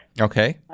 Okay